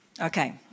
Okay